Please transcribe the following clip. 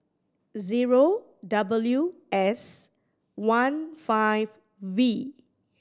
zero W S one five V